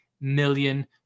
million